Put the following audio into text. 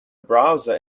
browser